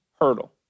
hurdle